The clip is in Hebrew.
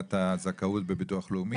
להשגת הזכאות בביטוח לאומי?